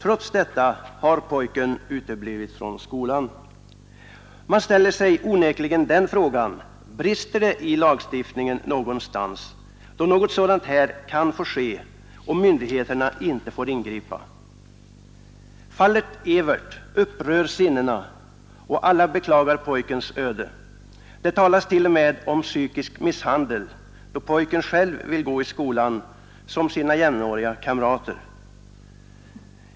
Trots detta har pojken uteblivit från skolan. Man ställer sig onekligen frågan om det brister i lagstiftningen någonstans, då något sådant här kan få ske utan att myndigheterna får ingripa. Fallet Evert upprör sinnena, och alla beklagar pojkens öde. Det talas t.o.m. om psykisk misshandel, då pojken själv vill gå i skolan, som sina jämnåriga kamrater.